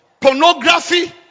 Pornography